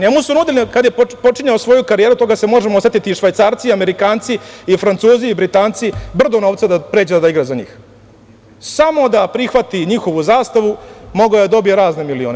Njemu su nudili kada je počinjao svoju karijeru, toga se možemo setiti, i Švajcarci, i Amerikanci, i Francuzi i Britanci, brdo novca da pređe da igra za njih, samo da prihvati njihovu zastavu, mogao je da dobije razne milione.